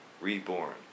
reborn